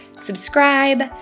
subscribe